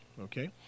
okay